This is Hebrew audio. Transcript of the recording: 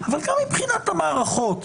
אבל גם מבחינת המערכות,